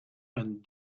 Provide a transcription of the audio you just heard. and